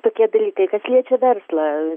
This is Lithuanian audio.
tokie dalykai kas liečia verslą